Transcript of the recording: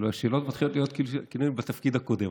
שהשאלות מתחילות להיות כאילו אני בתפקיד הקודם.